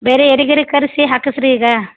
ಬೇರೆ ಯಾರಿಗಾರಿ ಕರೆಸಿ ಹಾಕಿಸ್ರೀ ಈಗ